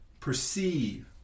perceive